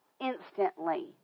instantly